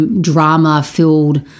drama-filled